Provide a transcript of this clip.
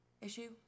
issue